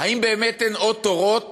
האם באמת אין עוד תורות